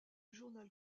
journal